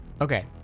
Okay